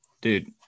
Dude